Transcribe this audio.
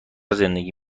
زندگی